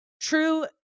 true